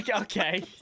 Okay